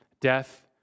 death